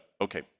okay